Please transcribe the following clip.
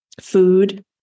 food